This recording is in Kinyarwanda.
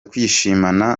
kwishimana